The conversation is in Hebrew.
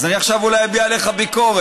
אז אני עכשיו אולי אביע עליך ביקורת,